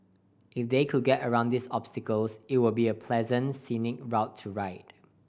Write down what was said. if they could get around these obstacles it would be a pleasant scenic route to ride